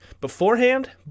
beforehand